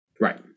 right